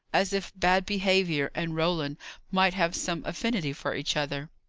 as if bad behaviour and roland might have some affinity for each other.